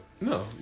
no